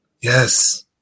Yes